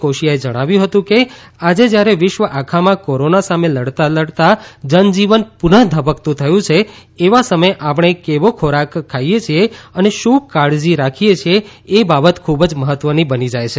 કોશિયાએ જણાવ્યું હતુ કે આજે જયારે વિશ્વ આખામાં કોરોના સામે લડતાં લડતાં જનજીવન પુનઃ ધબકતું થયુ છે એવા સમયે આપણે કેવો ખોરાક ખાઈએ છીએ અને શું કાળજી રાખીએ છીએ એ બાબત ખુબ જ મહત્વની બની જાય છે